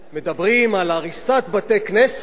מדברים על הריסת בתי-כנסת,